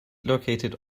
located